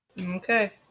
Okay